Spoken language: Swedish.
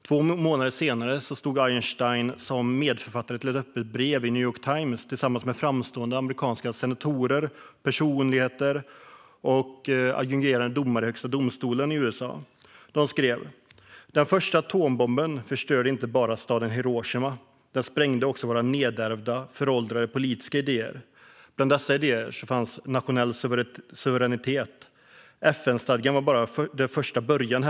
Två månader senare stod Einstein som medförfattare till ett öppet brev i The New York Times, tillsammans med framstående amerikanska senatorer, personligheter och adjungerade domare i USA:s högsta domstol. De skrev: Den första atombomben förstörde inte bara staden Hiroshima; den sprängde också våra nedärvda, föråldrade politiska idéer. Bland dessa idéer fanns nationell suveränitet. De menade att FN-stadgan bara var första början.